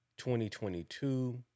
2022